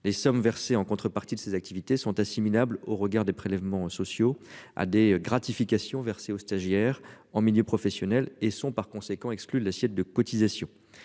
les sommes versées en contrepartie de ces activités sont assimilables au regard des prélèvements sociaux à des gratifications versées aux stagiaires en milieu professionnel et sont par conséquent exclues de l'assiette de cotisations